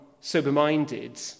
sober-minded